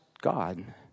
God